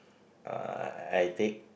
uh I take